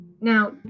Now